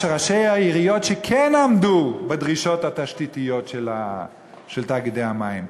שראשי העיריות שכן עמדו בדרישות התשתיתיות של תאגידי המים,